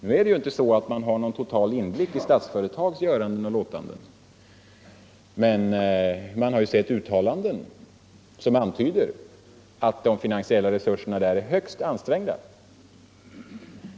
Det är ju inte så att man har någon inblick i Statsföretags göranden och låtanden, men det har förekommit uttalanden som antyder att de finansiella resurserna där är högst ansträngda.